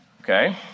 Okay